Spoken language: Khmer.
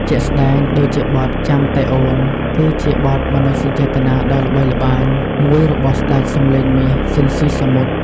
ជាក់ស្តែងដូចជាបទ ចាំតែអូន គឺជាបទមនោសញ្ចេតនាដ៏ល្បីល្បាញមួយរបស់ស្តេចសម្លេងមាស ស៊ីន ស៊ីសាមុត ។